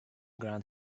grant